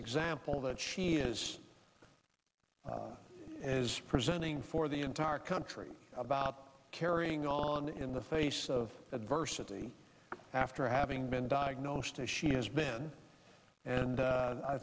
example that she is is presenting for the entire country about carrying on in the face of adversity after having been diagnosed as she has been and